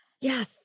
Yes